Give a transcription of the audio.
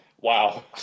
Wow